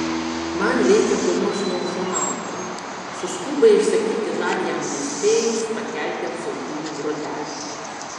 man reikia ko nors nuo ufonautų suskubai išsakyti dar jam nespėjus pakelti apsauginių grotelių